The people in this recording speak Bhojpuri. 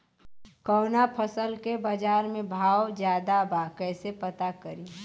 कवना फसल के बाजार में भाव ज्यादा बा कैसे पता करि?